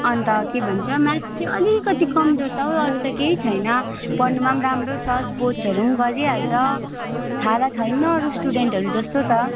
अन्त के भन्छ म्याथ चाहिँ अलिकति कमजोर छ हौ अरू त केही छैन पढ्नुमा पनि राम्रो छ स्पोर्ट्सहरू पनि गरिहाल्छ छाडा छैन अरू स्टुडेन्टहरू जस्तो त